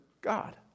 God